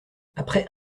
après